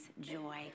joy